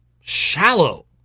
shallow